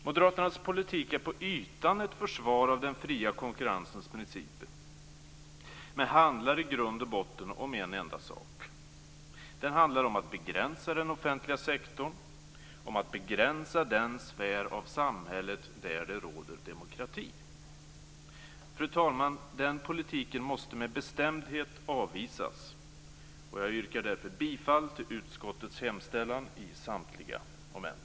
Moderaternas politik är på ytan ett försvar av den fria konkurrensens principer men handlar i grund och botten om en enda sak. Den handlar om att begränsa den offentliga sektorn, om att begränsa den sfär av samhället där det råder demokrati. Fru talman! Den politiken måste med bestämdhet avvisas. Jag yrkar därför bifall till utskottets hemställan under samtliga moment.